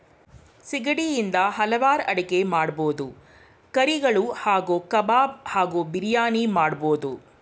ಸಿಗಡಿ ಇಂದ ಹಲ್ವಾರ್ ಅಡಿಗೆ ಮಾಡ್ಬೋದು ಕರಿಗಳು ಹಾಗೂ ಕಬಾಬ್ ಹಾಗೂ ಬಿರಿಯಾನಿ ಮಾಡ್ಬೋದು